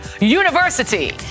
University